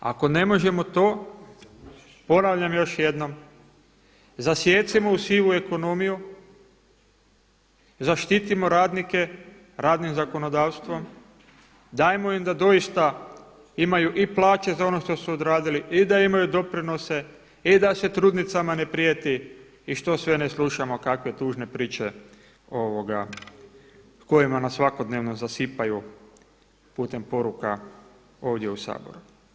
Ako ne možemo to ponavljam još jednom zasijecimo u sivu ekonomiju, zaštitimo radnike radnim zakonodavstvom, dajmo im da doista imaju i plaće za ono što su odradili i da imaju doprinose i da se trudnicama ne prijeti i što sve ne slušamo kakve tužne priče kojima nas svakodnevno zasipaju putem poruka ovdje u Saboru.